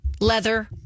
Leather